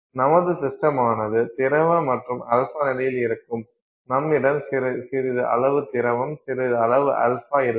நமது சிஸ்டமானது திரவ மற்றும் α நிலையில் இருக்கும் நம்மிடம் சிறிது அளவு திரவம் சில அளவு α இருக்கும்